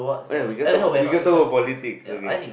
oh ya we can talk we can talk politics okay